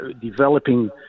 developing